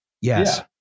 Yes